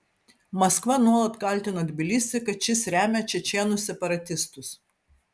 maskva nuolat kaltino tbilisį kad šis remia čečėnų separatistus